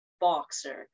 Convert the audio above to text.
boxer